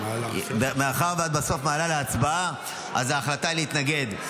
מאחר שבסוף את מעלה להצבעה, אז ההחלטה היא להתנגד.